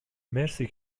مرسی